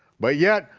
but yet,